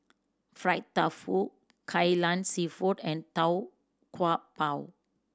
fried tofu Kai Lan Seafood and Tau Kwa Pau